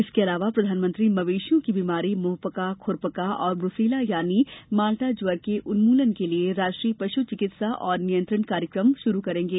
इसके अलावा प्रधानमंत्री मवेशियों की बीमारी मुंह पका खुर पका और ब्रूसेला यानी माल्टा ज्वर के उन्मूलन के लिए राष्ट्रीय पशु चिकित्सा और नियंत्रण कार्यक्रम शुरू करेंगे